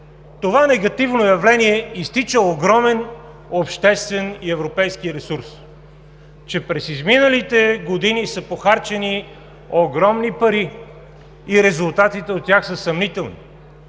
това негативно явление изтича огромен обществен и европейски ресурс, че през изминалите години са похарчени огромни пари и резултатите от тях са съмнителни,